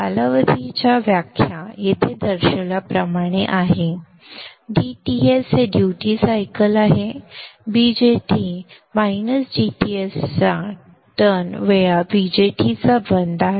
कालावधीची व्याख्या येथे दर्शविल्याप्रमाणे आहे dTs हे ड्युटी सायकल आहे BJT मायनस dTs चा Ton वेळ BJT चा बंद आहे